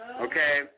okay